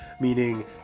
Meaning